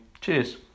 Cheers